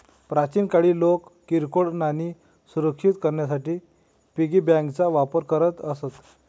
प्राचीन काळी लोक किरकोळ नाणी सुरक्षित करण्यासाठी पिगी बँकांचा वापर करत असत